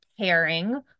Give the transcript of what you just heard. pairing